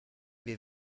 wir